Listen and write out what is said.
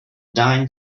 dying